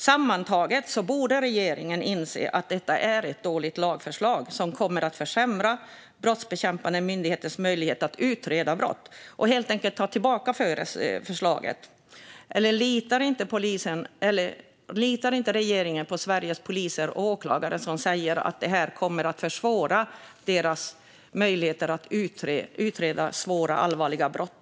Sammantaget borde regeringen inse att det är ett dåligt lagförslag som kommer att försämra de brottsbekämpande myndigheternas möjligheter att utreda brott. Förslaget borde helt enkelt dras tillbaka. Eller litar regeringen inte på Sveriges poliser och åklagare, som säger att det kommer att försvåra deras möjligheter att utreda svåra och allvarliga brott?